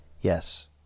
Yes